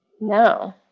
No